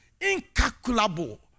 incalculable